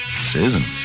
Susan